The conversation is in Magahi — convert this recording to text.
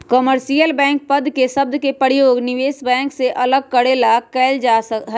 कमर्शियल बैंक पद के शब्द के प्रयोग निवेश बैंक से अलग करे ला कइल जा हई